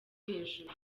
hejuru